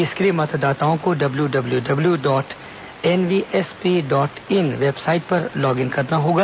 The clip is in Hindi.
इसके लिए मतदाताओं को डब्ल्यूडब्ल्यूडब्ल्यू dot NVSP dot in website पर लॉगइन करना होगा